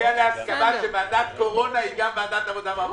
תגיע להסכמה שוועדת קורונה היא גם ועדת עבודה ורווחה.